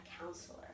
counselor